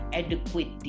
adequate